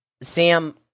Sam